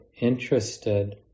interested